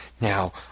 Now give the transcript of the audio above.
Now